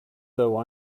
though